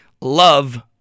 love